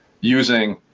using